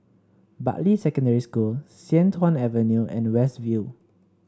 Bartley Secondary School Sian Tuan Avenue and West View